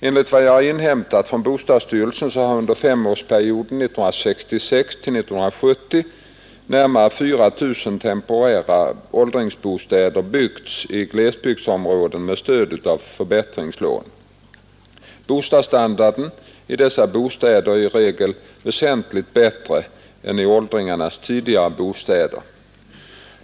Enligt vad jag har inhämtat från bostadsstyrelsen har under femårsperioden 1966—1970 närmare 4 000 temporära åldringsbostäder byggts i glesbygdsområden med stöd av förbättringslån. Bostadsstandarden i dessa bostäder är i regel väsentligt bättre än i åldringarnas tidigare bostäder.